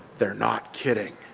they're not kidding.